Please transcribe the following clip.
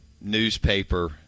newspaper